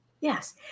Yes